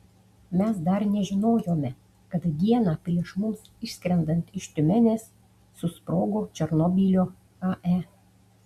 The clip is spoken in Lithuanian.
mes dar nežinojome kad dieną prieš mums išskrendant iš tiumenės susprogo černobylio ae